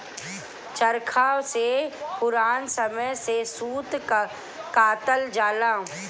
चरखा से पुरान समय में सूत कातल जाला